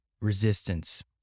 resistance